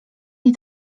nie